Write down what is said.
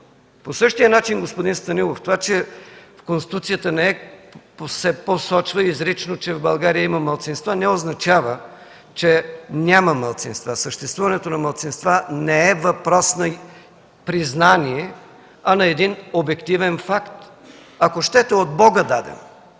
По същия начин, господин Станилов, това, че в Конституцията не се посочва изрично, че в България има малцинства, не означава, че няма малцинства. Съществуването на малцинства не е въпрос на признание, а на обективен факт, ако щете – от Бога даден.